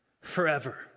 forever